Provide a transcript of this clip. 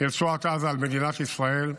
מרצועת עזה על מדינת ישראל,